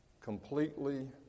completely